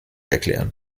erklären